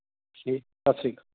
ਠੀਕ ਸਤਿ ਸ਼੍ਰੀ ਅਕਾਲ